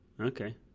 Okay